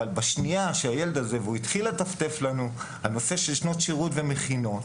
אבל בשנייה שהילד הזה התחיל לטפטף לנו על נושא של שנות שירות ומכינות